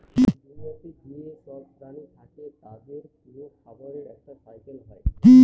দুনিয়াতে যেসব প্রাণী থাকে তাদের পুরো খাবারের একটা সাইকেল হয়